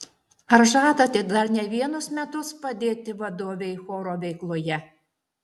ar žadate dar ne vienus metus padėti vadovei choro veikloje